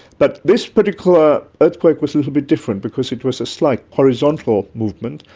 but this particular earthquake was a little bit different because it was a slight horizontal movement,